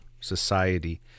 society